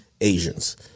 Asians